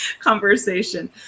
conversation